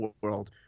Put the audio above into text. world